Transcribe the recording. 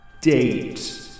date